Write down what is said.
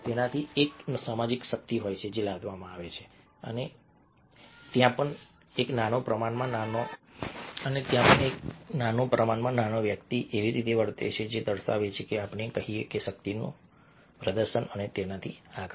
તેમાંથી એક સામાજિક શક્તિ હોય છે જે લાદવામાં આવે છે અને ત્યાં પણ એક નાનો પ્રમાણમાં નાનો વ્યક્તિ એવી રીતે વર્તે છે જે દર્શાવે છે કે આપણે કહીએ કે શક્તિનું શક્તિ પ્રદર્શન અને તેથી આગળ